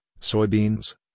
soybeans